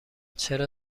چرا